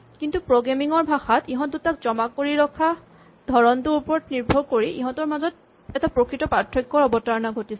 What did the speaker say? কিন্তু প্ৰগ্ৰেমিং ৰ ভাষাত ইহঁত দুটাক জমা কৰি ৰখাৰ ধৰণটোৰ ওপৰত নিৰ্ভৰ কৰি ইহঁতৰ মাজত এটা প্ৰকৃত পাৰ্থক্যৰ অৱতাৰণা ঘটিছে